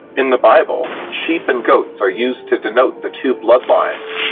in the bible, sheep and goats are used to denote the two bloodlines,